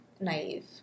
naive